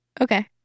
Okay